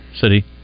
City